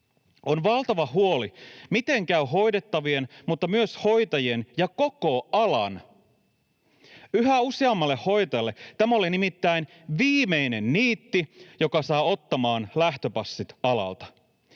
On valtava huoli, miten käy hoidettavien mutta myös hoitajien ja koko alan. Yhä useammalle hoitajalle tämä oli nimittäin viimeinen niitti, joka saa ottamaan lähtöpassit alalta.